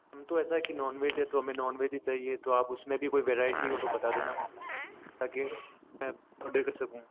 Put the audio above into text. हम तो ऐसा है कि नॉनवेज हैं तो हमें नॉनवेज ही चाहिए तो आप उसमें भी कोई वेरायटी हो तो बता देना मुझे ताकि मैं ऑर्डर कर सकूँ